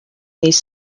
these